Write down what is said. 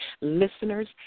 listeners